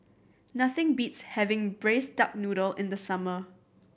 nothing beats having Braised Duck Noodle in the summer